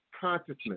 consciousness